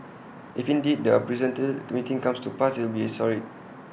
if indeed the unprecedented meeting comes to pass IT will be historic